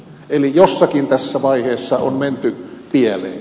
eli jossakin vaiheessa on menty pieleen